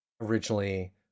originally